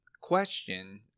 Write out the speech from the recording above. question